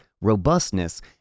robustness